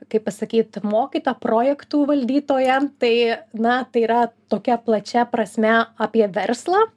kaip pasakyt mokytoja projektų valdytoja tai na tai yra tokia plačia prasme apie verslą